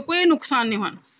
वे सबकुछ महसूस कनु